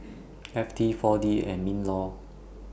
F T four D and MINLAW